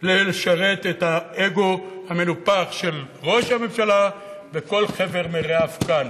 כדי לשרת את האגו המנופח של ראש הממשלה וכל חבר מרעיו כאן.